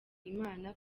imana